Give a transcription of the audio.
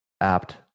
apt